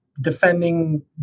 defending